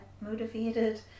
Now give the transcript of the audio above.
motivated